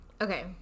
Okay